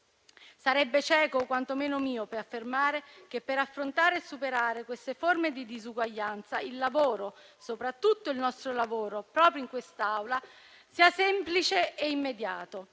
Sarebbe cieco o quantomeno miope affermare che, per affrontare e superare queste forme di disuguaglianza, il lavoro, soprattutto il nostro lavoro proprio in quest'Aula sia semplice e immediato.